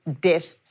death